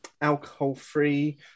alcohol-free